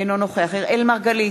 אינו נוכח אראל מרגלית,